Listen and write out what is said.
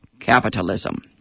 capitalism